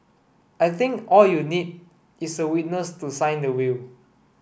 I think all you need is a witness to sign the will